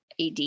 AD